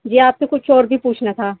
جی آپ سے کچھ اور بھی پوچھنا تھا